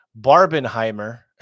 Barbenheimer